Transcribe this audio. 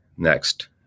next